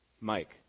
mike